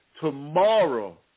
tomorrow